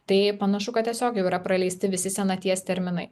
tai panašu kad tiesiog jau yra praleisti visi senaties terminai